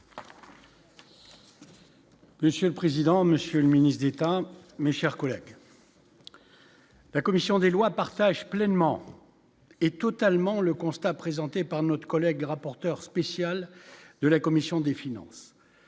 Monsieur le président, monsieur le ministre d'État mais, chers collègues, la commission des lois partage pleinement et totalement le constat présenté par notre collègue rapporteur spécial de la commission des finances